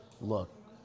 look